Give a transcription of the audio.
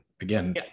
again